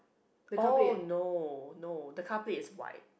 oh no no the car plate is white